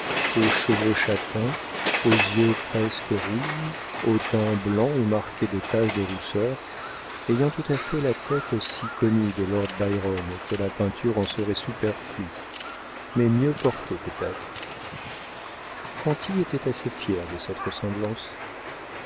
aux cheveux châtains aux yeux presque rouges au teint blanc et marqué de taches de rousseur ayant tout à fait la tête si connue de lord byron que la peinture en serait superflue mais mieux portée peut-être conti était assez fier de cette ressemblance